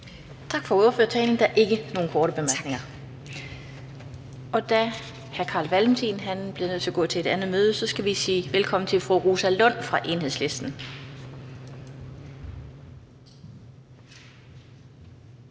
Tak for ordførertalen. Der er ikke nogen korte bemærkninger. Da hr. Carl Valentin er blevet nødt til at gå til et andet møde, skal vi sige velkommen til fru Rosa Lund fra Enhedslisten.